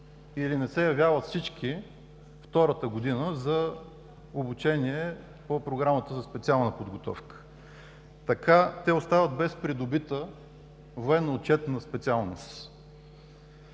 или не се явяват всички втората година за обучение по програмата за специална подготовка. Така остават без придобита военно-отчетна специалност.